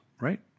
right